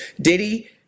Diddy